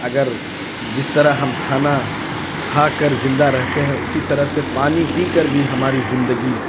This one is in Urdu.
اگر جس طرح ہم کھانا کھا کر زندہ رہتے ہیں اسی طرح سے پانی پی کر بھی ہماری زندگی